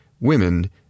women